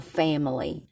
family